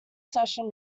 session